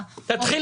אני אענה לפי